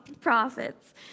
profits